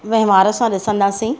व्यवहार सां ॾिसंदासी